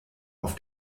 auf